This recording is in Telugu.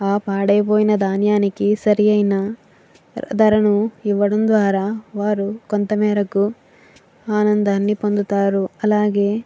ఆ పాడైపోయిన ధాన్యానికి సరియైన ధరను ఇవ్వడం ద్వారా వారు కొంతమేరకు ఆనందాన్ని పొందుతారు అలాగే